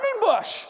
bush